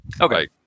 Okay